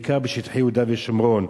בעיקר בשטחי יהודה ושומרון.